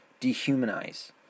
dehumanize